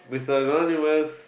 Mister Anonymous